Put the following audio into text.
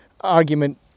argument